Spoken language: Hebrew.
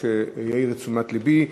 יעיר את תשומת לבי.